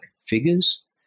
figures